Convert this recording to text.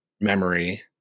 memory